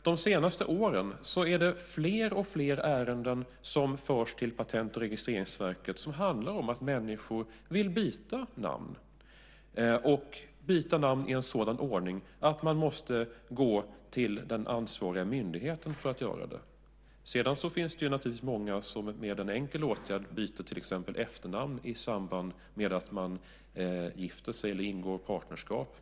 De senaste åren har fler och fler ärenden som förts till Patent och registreringsverket handlat om att människor vill byta namn, och byta namn i sådan ordning att man måste gå till den ansvariga myndigheten för att göra det. Det finns naturligtvis många som med en enkel åtgärd byter efternamn till exempel i samband med att man gifter sig eller ingår partnerskap.